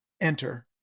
enter